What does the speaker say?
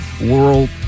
World